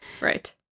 Right